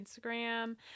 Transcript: Instagram